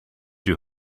you